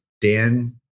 Dan